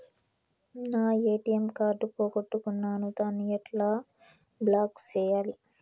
నా ATM card పోగొట్టుకున్నాను, దాన్ని ఎట్లా బ్లాక్ సేయాలి?